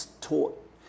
taught